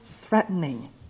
threatening